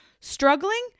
struggling